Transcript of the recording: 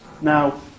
Now